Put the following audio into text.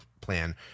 plan